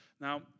now